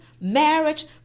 marriage